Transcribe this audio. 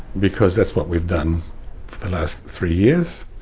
because that's what we've done for the last three years,